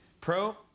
Pro